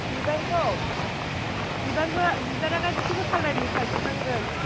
बिबारखौ बिबारखौ बिबारा गासिबो कालारनि थाजोबनांगोन